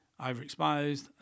overexposed